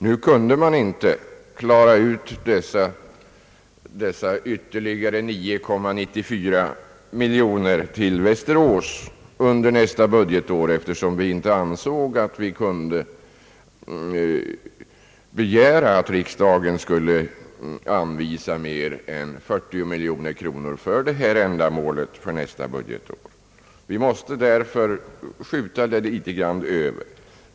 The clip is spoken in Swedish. Nu kunde man inte klara dessa ytterligare 9,94 miljoner kronor till Västerås för nästa budgetår, eftersom vi inte ansåg att vi kunde begära att riksdagen skulle anvisa mer än sammanlagt 40 miljoner kronor för detta ändamål det budgetåret. Vi måste därför skjuta på det hela litet grand.